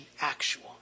actual